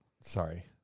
sorry